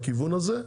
לכיוון 10%,